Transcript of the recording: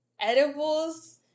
edibles